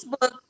Facebook